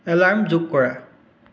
alarm যোগ কৰা